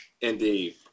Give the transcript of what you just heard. Indeed